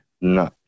No